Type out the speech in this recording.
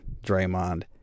Draymond